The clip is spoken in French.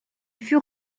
fut